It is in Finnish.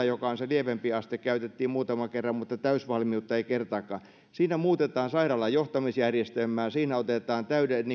joka on se lievempi aste kyllä käytettiin muutaman kerran mutta täysvalmiutta ei kertaakaan siinä muutetaan sairaalan johtamisjärjestelmää siinä otetaan